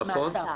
מאסר.